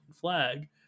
flag